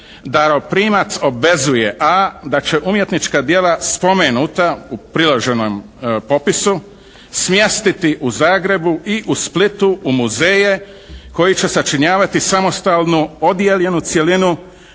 "daroprimac obvezuje: a) da će umjetnička djela spomenuta u priloženom popisu smjestiti u Zagrebu i u Splitu u muzeje koji će sačinjavati samostalnu odijeljenu cjelinu